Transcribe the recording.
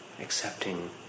accepting